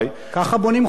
ככה בונים חומה,